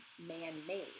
man-made